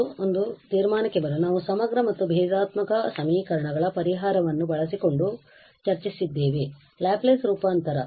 ಮತ್ತು ತೀರ್ಮಾನಕ್ಕೆ ಬರಲು ನಾವು ಸಮಗ್ರ ಮತ್ತು ಭೇದಾತ್ಮಕ ಸಮೀಕರಣಗಳ ಪರಿಹಾರವನ್ನು ಬಳಸಿಕೊಂಡು ಚರ್ಚಿಸಿದ್ದೇವೆ ಲ್ಯಾಪ್ಲೇಸ್ ರೂಪಾಂತರ